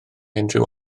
unrhyw